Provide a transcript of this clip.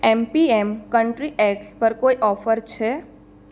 એમ P M country eggs પર કોઈ offer છે